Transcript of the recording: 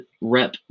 Rep